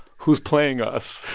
who's playing us?